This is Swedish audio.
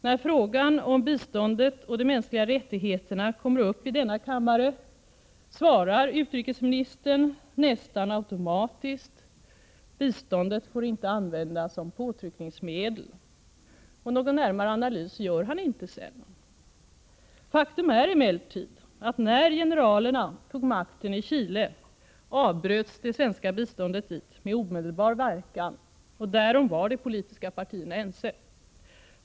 När frågan om biståndet och de mänskliga rättigheterna kommer upp i denna kammare svarar utrikesministern nästan automatiskt: ”Biståndet får inte användas som påtryckningsmedel.” Någon närmare analys gör han sedan inte. Faktum är emellertid att när generalerna tog makten i Chile avbröts det svenska biståndet dit med omedelbar verkan. Därom var de politiska partierna ense.